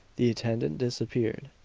the attendant disappeared,